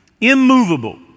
immovable